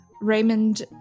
Raymond